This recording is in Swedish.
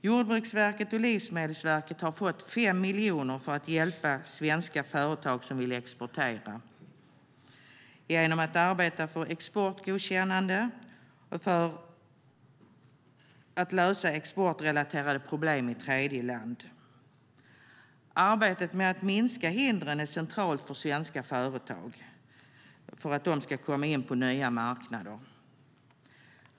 Jordbruksverket och Livsmedelsverket har fått 5 miljoner för att hjälpa svenska företag som vill exportera genom att arbeta för exportgodkännande och för att lösa exportrelaterade problem i tredjeland. Arbetet med att minska hindren är centralt för att svenska företag ska komma in på nya marknader.